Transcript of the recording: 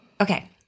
Okay